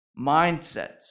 mindsets